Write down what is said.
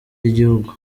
y’igihugu